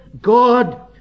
God